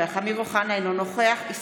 אינו נוכח אמיר אוחנה,